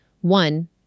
One